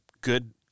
good